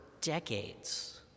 decades